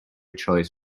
choice